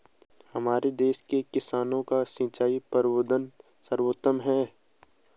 हमारे देश के किसानों का सिंचाई प्रबंधन सर्वोत्तम है